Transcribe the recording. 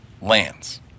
lands